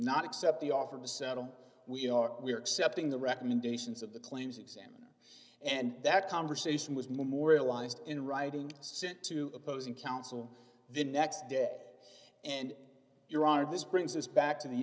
not accept the offer to settle we are we are accepting the recommendations of the claims examiner and that conversation was memorialized in writing sent to opposing counsel the next day and your art this brings us back to the